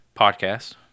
Podcast